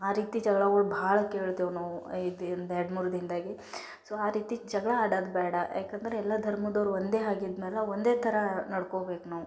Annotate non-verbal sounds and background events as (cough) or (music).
ಆ ರೀತಿ ಜಗ್ಳಗಳು ಭಾಳ ಕೇಳ್ತೇವೆ ನಾವು ಇದು (unintelligible) ಎರಡು ಮೂರು ದಿನದಾಗೆ ಸೊ ಆ ರೀತಿ ಜಗಳ ಆಡೋದ್ ಬೇಡ ಯಾಕಂದ್ರೆ ಎಲ್ಲ ಧರ್ಮದವ್ರೂ ಒಂದೇ ಹಾಗಿದ್ದ ಮೇಲೆ ಒಂದೇ ಥರ ನಡ್ಕೋಬೇಕು ನಾವು